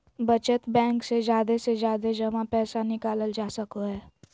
बचत बैंक से जादे से जादे जमा पैसा निकालल जा सको हय